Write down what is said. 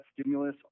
stimulus